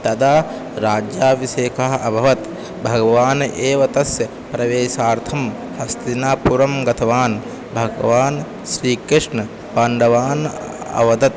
तदा राज्याभिषेकः अभवत् भगवान् एव तस्य प्रवेशार्थं हस्तिनापुरं गतवान् भगवान् श्रीकृष्णः पाण्डवान् अवदत्